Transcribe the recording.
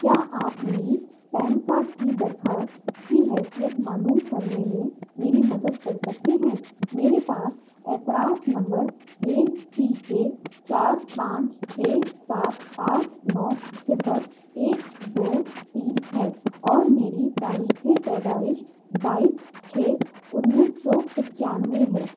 کیا آپ میری پین کارڈ کی درخواست کی حیثیت معلوم کرنے میں میری مدد کر سکتے ہیں میرے پاس اعتراف نمبر اے سی کے چار پانچ چھ سات آٹھ نو صفر ایک دو تین ہے اور میری تاریخ پیدائش بائیس چھ انیس سو پچانوے ہے